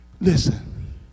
Listen